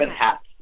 hats